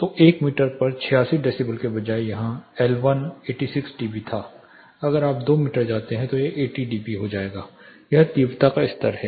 तो 1 मीटर पर 86 डेसीबल के बजाय यहाँ LI 86 dB था अगर आप 2 मीटर जाते हैं तो यह 80 dB हो जाता है यह तीव्रता का स्तर है